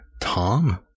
Tom